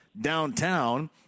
downtown